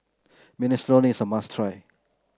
Minestrone is a must try